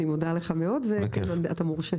אני מודה לך מאוד ואתה מורשה.